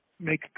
make